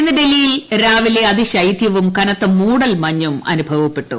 ഇന്ന് ഡൽഹിയിൽ രാവിലെ അതി ശൈത്യവും കനത്ത മൂടൽ മഞ്ഞും അനുഭവപ്പെട്ടു